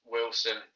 Wilson